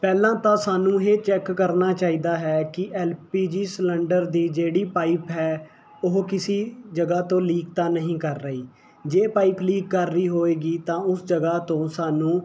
ਪਹਿਲਾਂ ਤਾਂ ਸਾਨੂੰ ਇਹ ਚੈੱਕ ਕਰਨਾ ਚਾਹੀਦਾ ਹੈ ਕਿ ਐਲ ਪੀ ਜੀ ਸਿਲੰਡਰ ਦੀ ਜਿਹੜੀ ਪਾਈਪ ਹੈ ਉਹ ਕਿਸੀ ਜਗ੍ਹਾ ਤੋਂ ਲੀਕ ਤਾਂ ਨਹੀਂ ਕਰ ਰਹੀ ਜੇ ਪਾਈਪ ਲੀਕ ਕਰ ਰਹੀ ਹੋਵੇਗੀ ਤਾਂ ਉਸ ਜਗ੍ਹਾ ਤੋਂ ਸਾਨੂੰ